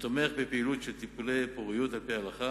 ותומך בפעילות של טיפולי פוריות על-פי ההלכה.